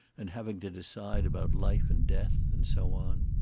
and having to decide about life and death, and so on.